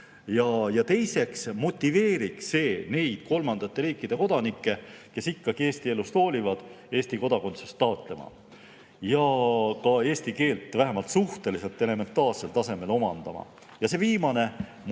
Ja teiseks, see motiveeriks neid kolmandate riikide kodanikke, kes ikkagi Eesti elust hoolivad, Eesti kodakondsust taotlema ja ka eesti keelt vähemalt suhteliselt elementaarsel tasemel omandama. Ja see viimane – motiivi